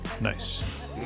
Nice